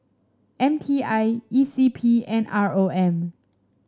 M T I E C P and R O M